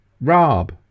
Rob